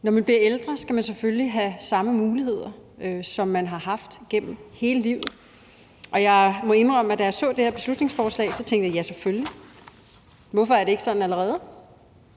Når man bliver ældre, skal man selvfølgelig have samme muligheder, som man har haft gennem hele livet. Og jeg må indrømme, at da jeg så det her beslutningsforslag, så tænkte jeg: Ja, selvfølgelig. Hvorfor er det ikke sådan allerede?